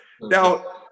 Now